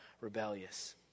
rebellious